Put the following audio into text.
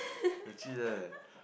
legit eh